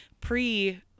pre-